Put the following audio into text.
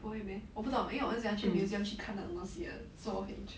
不会 meh 我不懂因为我很喜欢去 museum 去看那种东西的 so 我会 interested